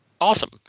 awesome